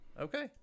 Okay